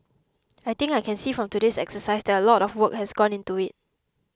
I think I can see from today's exercise that a lot of work has gone into it